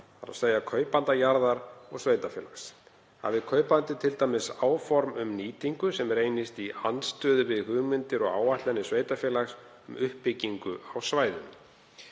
aðila, þ.e. kaupanda jarðar og sveitarfélags, hafi kaupandi t.d. áform um nýtingu sem reynist í andstöðu við hugmyndir og áætlanir sveitarfélags um uppbyggingu á svæðinu.